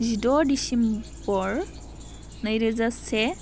जिद' डिसेम्बर नैरोजा से